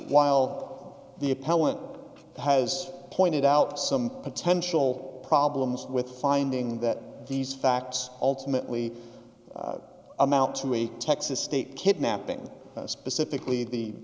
while the appellant has pointed out some potential problems with finding that these facts ultimately amount to a texas state kidnapping specifically the